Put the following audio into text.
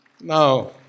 Now